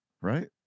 right